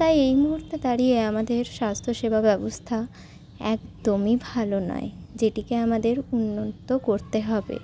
তাই এই মুহূর্তে দাঁড়িয়ে আমাদের স্বাস্থ্যসেবা ব্যবস্থা একদমই ভালো নয় যেটিকে আমাদের উন্নত করতে হবে